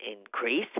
increase